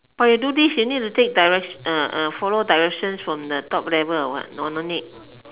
but you do this you need to take direc~ uh uh follow directions from the top level or what or no need